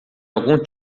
algum